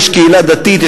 יש קהילה דתית.